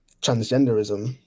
transgenderism